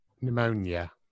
pneumonia